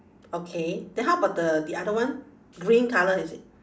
okay then how about the the other one green colour is it